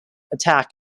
attack